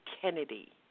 Kennedy